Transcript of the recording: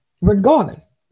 Regardless